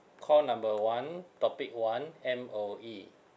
call number one topic one M_O_E